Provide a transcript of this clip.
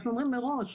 אנחנו אומרים מראש,